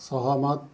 सहमत